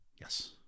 Yes